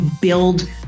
build